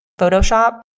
Photoshop